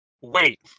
Wait